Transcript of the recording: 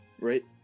right